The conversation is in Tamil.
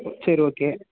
சரி ஓகே